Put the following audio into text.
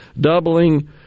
doubling